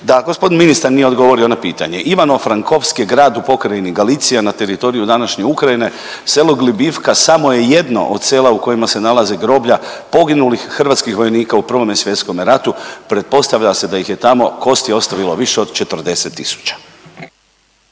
da g. ministar nije odgovorio na pitanje. Ivano-Frankovski je grad u pokrajini Galicije na teritoriju današnje Ukrajine, selo Glibivka samo je jedno od sela u kojima se nalaze groblja poginulih hrvatskih vojnika u Prvome svjetskome ratu, pretpostavlja se da ih je tamo kosti ostavilo više od 40